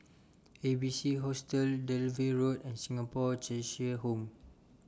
A B C Hostel Dalvey Road and Singapore Cheshire Home